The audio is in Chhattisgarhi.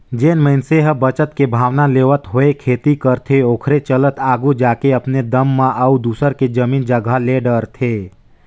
जेन मइनसे ह बचत के भावना लेवत होय खेती करथे ओखरे चलत आघु जाके अपने दम म अउ दूसर के जमीन जगहा ले डरथे